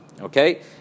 Okay